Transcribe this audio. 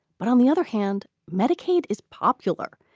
but on the other hand, medicaid is popular.